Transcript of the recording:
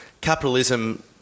capitalism